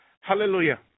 Hallelujah